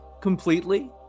completely